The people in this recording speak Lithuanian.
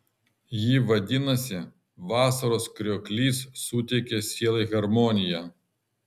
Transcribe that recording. ji vadinasi vasaros krioklys suteikia sielai harmoniją